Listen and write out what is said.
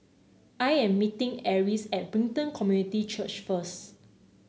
I am meeting Eris at Brighton Community Church first